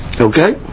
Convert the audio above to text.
Okay